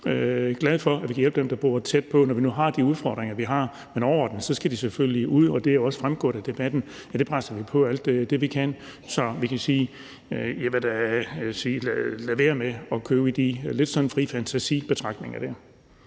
glad for, at vi kan hjælpe dem, der bor tæt på, når vi nu har de udfordringer, vi har. Men overordnet set skal de selvfølgelig ud, og det er også fremgået af debatten, at vi presser på for det alt det, vi kan. Så jeg vil da sige: Lad være med at komme ud i de der betragtninger, der